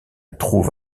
trouve